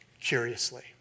curiously